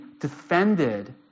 defended